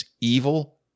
evil